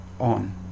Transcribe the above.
on